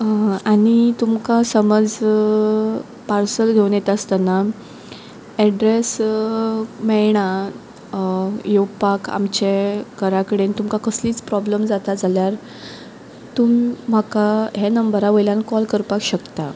आनी तुमकां समज पार्सल घेता आसतना एड्रेस मेयणा येवपाक आमचे घरा कडेन तुमकां कसलीच प्रोब्लेम जाता जाल्यार तुम म्हाका ह्या नंबरा वयल्यान कॉल करपाक शकता